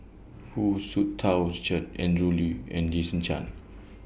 Hu Tsu Tau Richard Andrew Lee and Jason Chan